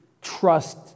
trust